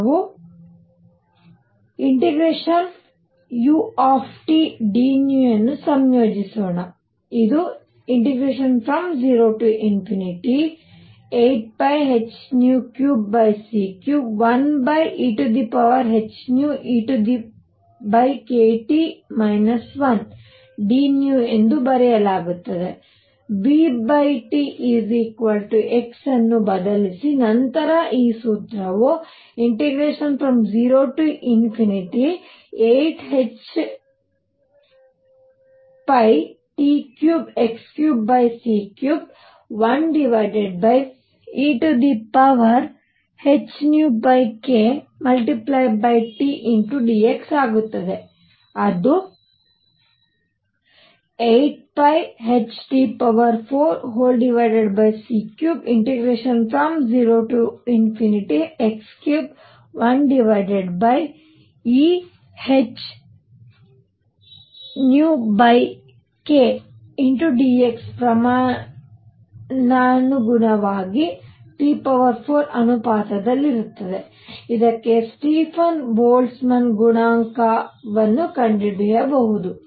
ನಾವು ∫u dν ಅನ್ನು ಸಂಯೋಜಿಸೋಣ ಅದು ∫08πh3c31 ehνkT 1dνಎಂದು ಬದಲಾಗುತ್ತದೆ Tx ಅನ್ನು ಬದಲಿಸಿ ನಂತರ ಈ ಸೂತ್ರವು ∫08πhT3x3c31 ehxkTdxಆಗುತ್ತದೆ ಅದು 8πhT4c3∫0x31 ehxkdx ಪ್ರಮಾಣಾನುಗುಣವಾಗಿ T4ಅನುಪಾತದಲ್ಲಿರುತ್ತದೆ ಇದಕ್ಕೆ ಸ್ಟೀಫನ್ ಬೋಲ್ಟ್ಜ್ಮನ್ ಗುಣಾಂಕವನ್ನು ಕಂಡುಹಿಡಿಯಬಹುದು